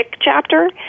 chapter